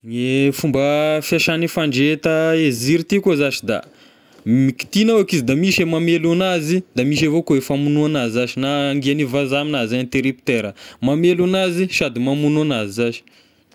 Gne fomba fiasan'ny fandreheta e ziro ty koa zashy da kitihignao eky izy da misy e mamelo anazy, da misy avao koa e famognoa anazy zashy na hangian'ny vazaha aminazy interrupteur, mamelo anazy sady mamogno anazy zashy.